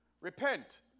Repent